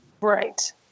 Right